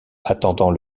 attendant